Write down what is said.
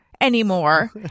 anymore